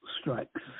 strikes